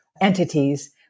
entities